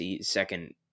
second